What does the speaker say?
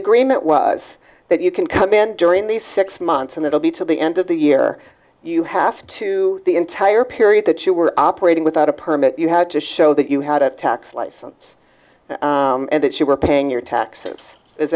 agreement was that you can come in during the six months and it'll be till the end of the year you have to the entire period that you were operating without a permit you had to show that you had a tax license and that you were paying your taxes is